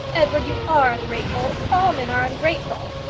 edouard, you are ungrateful. all men are ungrateful.